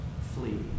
flee